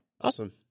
awesome